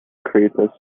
crater